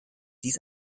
dies